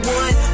one